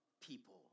people